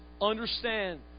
understand